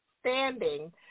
standing